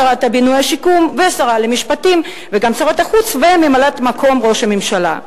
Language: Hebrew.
שרת הבינוי והשיכון והשרה למשפטים וגם שרת החוץ וממלאת-מקום ראש הממשלה.